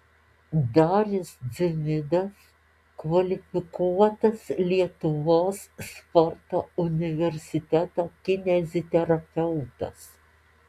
darius dzimidas kvalifikuotas lietuvos sporto universiteto kineziterapeutas